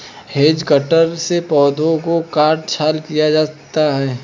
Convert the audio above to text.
hedge cutter से पौधों का काट छांट किया जाता है